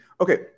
okay